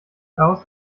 daraus